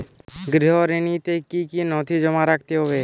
গৃহ ঋণ নিতে কি কি নথি জমা রাখতে হবে?